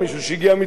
מוסלמים.